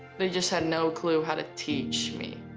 they just had no clue how to teach me.